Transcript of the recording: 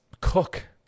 cook